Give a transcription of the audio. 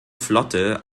flotte